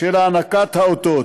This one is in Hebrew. של הענקת האותות.